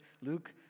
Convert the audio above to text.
Luke